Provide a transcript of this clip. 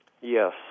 Yes